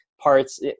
parts